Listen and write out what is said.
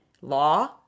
Law